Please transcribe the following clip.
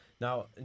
Now